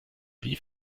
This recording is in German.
wie